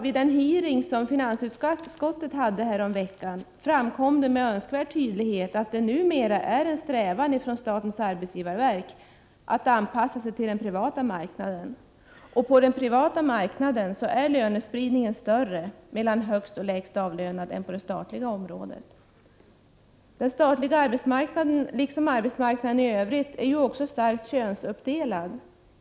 Vid finansutskottets hearing häromveckan framkom det med önskvärd tydlighet att statens arbetsgivarverk numera strävar efter att anpassa sig till den privata marknaden. På den privata marknaden är lönespridningen större mellan högst och lägst avlönade än på det statliga området. Den statliga arbetsmarknaden liksom arbetsmarknaden i övrigt är ju också starkt könsuppdelad.